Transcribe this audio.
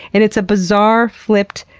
and it's a bizarre, flipped,